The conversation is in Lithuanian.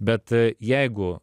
bet jeigu